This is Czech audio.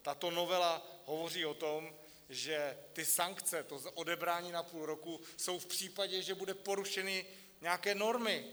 Tato novela hovoří o tom, že sankce, to odebrání na půl roku, jsou v případě, že budou porušeny nějaké normy.